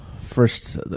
first